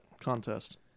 contest